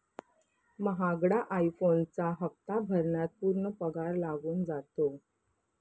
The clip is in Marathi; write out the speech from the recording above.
महागडा आई फोनचा हप्ता भरण्यात पूर्ण पगार लागून जातो